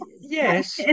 yes